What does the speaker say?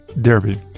Derby